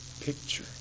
picture